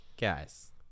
Guys